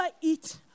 eat